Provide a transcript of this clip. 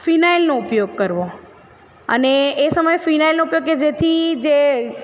ફિનાઇલનો ઉપયોગ કરવો અને એ સમયે ફિનાઇલનો ઉપયોગ કે જેથી જે